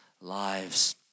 lives